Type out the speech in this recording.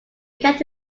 kept